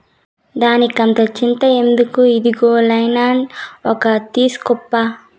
దానికంత చింత ఎందుకు, ఇదుగో నైలాన్ ఒల తీస్కోప్పా